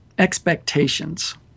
expectations